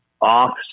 off